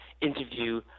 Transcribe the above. interview